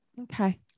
Okay